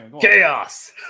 Chaos